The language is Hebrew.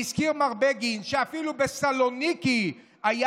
והזכיר מר בגין שאפילו בסלוניקי היה